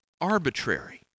arbitrary